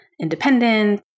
independent